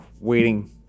waiting